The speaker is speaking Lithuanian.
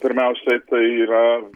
pirmiausia tai yra